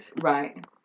Right